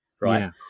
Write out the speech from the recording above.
right